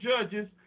judges